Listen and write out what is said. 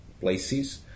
places